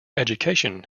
education